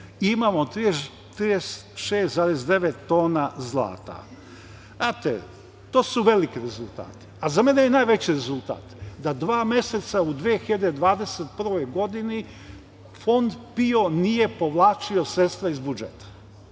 Imamo 36,9 tona zlata. Znate, to su veliki rezultati. A za mene je najveći rezultat da dva meseca u 2021. godini Fond PIO nije povlačio sredstva iz budžeta.